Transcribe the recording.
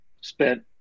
spent